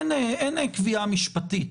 אם אין קביעה משפטית?